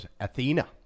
Athena